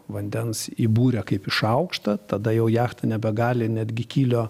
vandens į burę kaip į šaukštą tada jau jachta nebegali netgi kylio